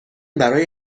برای